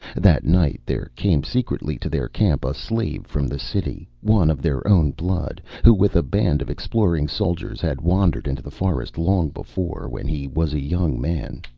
that night there came secretly to their camp a slave from the city, one of their own blood, who with a band of exploring soldiers had wandered into the forest long before, when he was a young man.